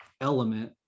element